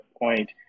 point